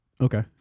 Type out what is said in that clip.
okay